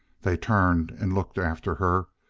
they turned and looked after her,